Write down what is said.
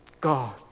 God